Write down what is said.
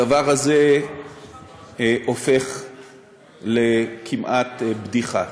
הדבר הזה הופך כמעט לבדיחה.